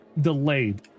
delayed